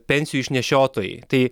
pensijų išnešiotojai tai